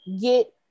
get